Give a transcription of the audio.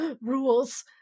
rules